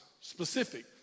specific